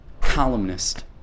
columnist